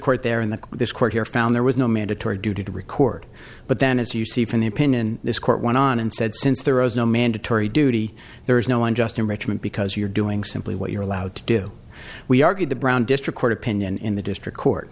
court there in that this court here found there was no mandatory duty to record but then as you see from the opinion this court went on and said since there is no mandatory duty there is no unjust enrichment because you're doing simply what you're allowed to do we argued the brown district court opinion in the district court